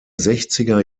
sechziger